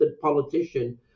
politician